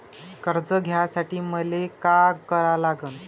कर्ज घ्यासाठी मले का करा लागन?